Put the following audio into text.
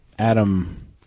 Adam